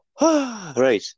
Right